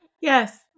Yes